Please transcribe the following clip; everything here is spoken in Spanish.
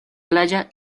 playa